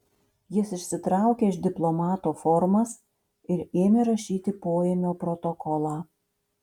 jis išsitraukė iš diplomato formas ir ėmė rašyti poėmio protokolą